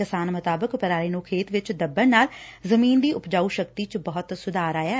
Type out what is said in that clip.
ਕਿਸਾਨ ਮੁਤਾਬਿਕ ਪਰਾਲੀ ਨੂੰ ਖੇਤ ਵਿਚ ਦੱਬਣ ਨਾਲ ਜ਼ਮੀਨ ਦੀ ਉਪਜਾਊ ਸ਼ਕਤੀ ਚ ਬਹੁਤ ਸੁਧਾਰ ਆਇਐ